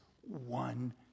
one